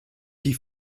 die